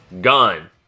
Gone